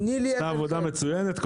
עשתה עבודה מצוינת,